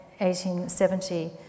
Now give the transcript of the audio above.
1870